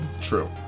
True